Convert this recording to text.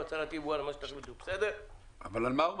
מה שתחליטו -- יעקב,